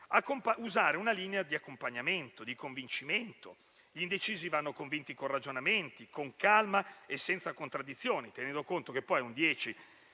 usare una linea di accompagnamento e di convincimento. Gli indecisi vanno convinti con i ragionamenti, con calma e senza contraddizioni, tenendo conto che un 10